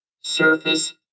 surface